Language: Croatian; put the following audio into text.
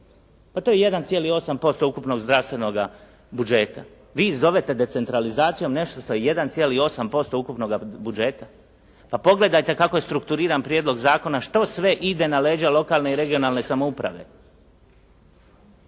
Pa to je 1,8% ukupnog zdravstvenog budžeta. Vi zovete decentralizacijom nešto što je 1,8% ukupnoga budžeta? Pa pogledajte kako je strukturiran prijedlog zakona, što sve ide na leđa lokalne i regionalne samouprave,